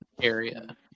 area